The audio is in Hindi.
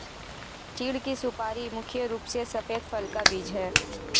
चीढ़ की सुपारी मुख्य रूप से सफेद फल का बीज है